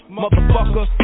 motherfucker